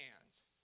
hands